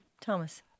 Thomas